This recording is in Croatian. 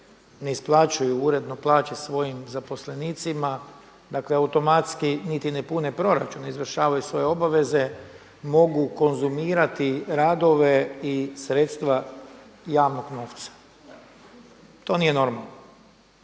ne isplaćuju uredno plaće svojim zaposlenicima, dakle automatski niti ne pune proračun, ne izvršavaju svoje obaveze, mogu konzumirati radove i sredstva javnog novca. To nije normalno.